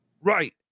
right